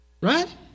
Right